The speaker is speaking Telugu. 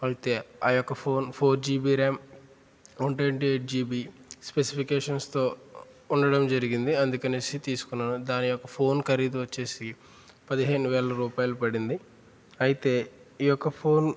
అయితే ఆ యొక్క phone four GB RAM one twenty eight GB స్పెసిఫికేషన్స్తో ఉండడం జరిగింది అందుకని తీసుకున్నాను దాని యొక్క ఫోన్ ఖరీదు వచ్చి పదిహేను వేల రూపాయలు పడింది అయితే ఈ యొక్క ఫోన్